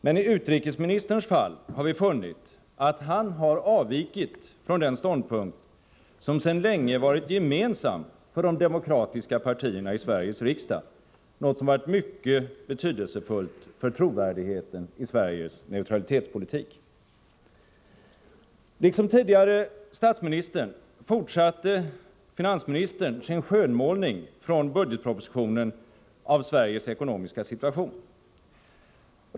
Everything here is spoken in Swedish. Men i utrikesministerns fall har vi funnit att han har avvikit från den ståndpunkt som sedan länge varit gemensam för de demokratiska partierna i Sveriges riksdag — något som har varit mycket betydelsefullt för trovärdigheten i Sveriges neutralitetspolitik. Liksom tidigare statsministern fortsatte finansministern sin skönmålning från budgetpropositionen av Sveriges ekonomiska situation.